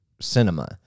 cinema